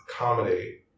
accommodate